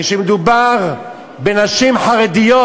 כשמדובר בנשים חרדיות,